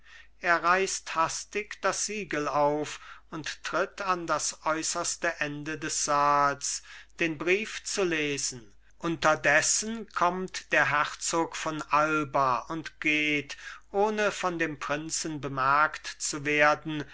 er reißt hastig das siegel auf und triff an das äußerste ende des saals den brief zu lesen unterdessen kommt der herzog von alba und geht ohne von dem prinzen bemerkt zu werden